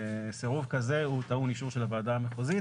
סירוב כזה הוא טעון אישור של הוועדה המחוזית.